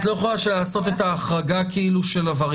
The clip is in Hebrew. לא יכולה לעשות את ההחרגה של הווריאנט.